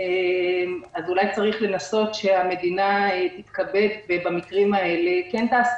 אז אולי צריך לנסות שהמדינה תתכבד במקרים כאלה ותעשה